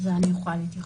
לזה אני יכולה להתייחס.